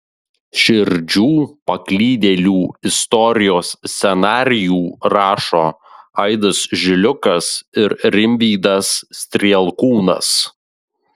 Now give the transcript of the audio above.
širdžių paklydėlių istorijos scenarijų rašo aidas žiliukas ir rimvydas strielkūnas